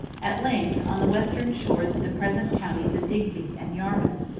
at length, on the western shores of the present counties of digby and yarmouth,